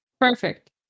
Perfect